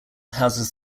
houses